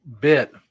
bit